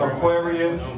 Aquarius